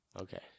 Okay